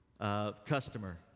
customer